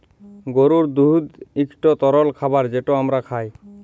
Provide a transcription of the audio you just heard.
গরুর দুহুদ ইকট তরল খাবার যেট আমরা খাই